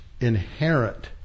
inherent